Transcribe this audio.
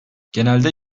genelde